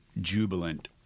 jubilant